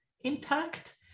intact